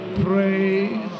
praise